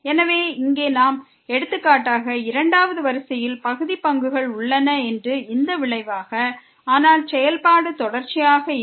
எனவே இங்கே எடுத்துக்காட்டாக இரண்டாவது வரிசையில் பகுதி பங்குகள் உள்ளன என்று இந்த விளைவு இருக்கிறது ஆனால் செயல்பாடு தொடர்ச்சியாக இல்லை